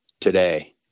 today